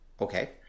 Okay